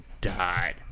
died